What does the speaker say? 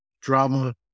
drama